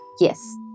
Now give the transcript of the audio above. Yes